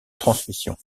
transmission